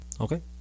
Okay